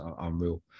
unreal